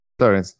Sorry